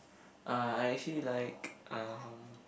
uh I actually like um